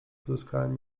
uzyskałem